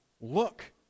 Look